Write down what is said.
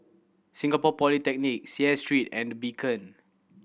Singapore Polytechnic Seah Street and The Beacon